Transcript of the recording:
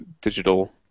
digital